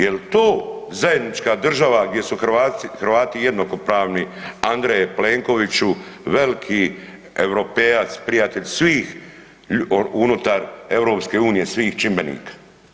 Jel to zajednička država, gdje su Hrvati jednakopravni, A. Plenkoviću, veliki europejac, prijatelj svih unutar EU-a, svih čimbenika?